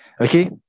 Okay